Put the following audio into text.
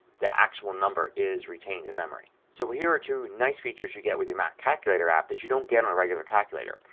that actual number is retained in memory. so here are two nice features that you get with your mac calculator app that you won't get on a regular calculator.